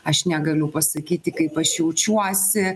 aš negaliu pasakyti kaip aš jaučiuosi